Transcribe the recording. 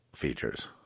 features